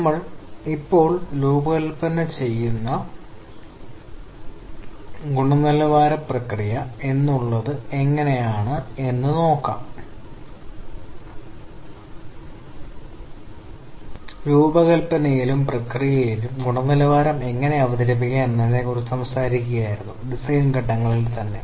നമ്മൾ ഉൽപ്പന്ന രൂപകൽപ്പനയിലും പ്രക്രിയയിലും ഗുണനിലവാരം എങ്ങനെ അവതരിപ്പിക്കാം എന്നതിനെക്കുറിച്ച് സംസാരിക്കുകയായിരുന്നു ഡിസൈൻ ഘട്ടങ്ങൾ തന്നെ